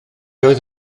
oedd